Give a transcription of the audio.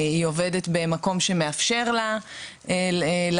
היא עובדת במקום שאפשר לה לצאת,